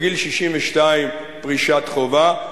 בגיל 62 פרישת חובה,